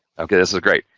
okay this is great.